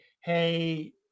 Hey